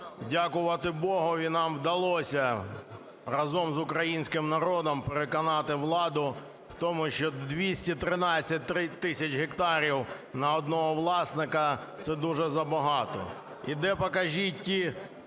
Дякувати Богові, нам вдалося разом з українським народом переконати владу в тому, що 213 тисяч гектарів на одного власника – це дуже забагато. І де, покажіть, ті